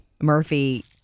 Murphy